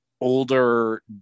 older